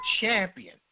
champion